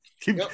Keep